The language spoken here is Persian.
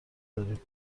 داریم